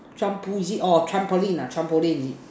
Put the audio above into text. Trump pull is it orh trampoline lah trampoline is it